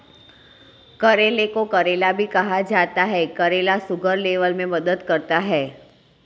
करेले को करेला भी कहा जाता है करेला शुगर लेवल में मदद करता है